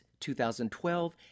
2012